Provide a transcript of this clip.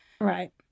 Right